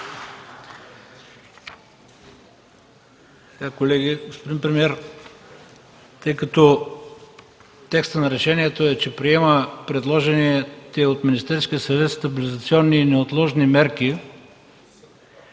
премиер, колеги! Тъй като текстът на решението е, че приема предложените от Министерския съвет стабилизационни и неотложни мерки,